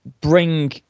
bring